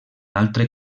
altre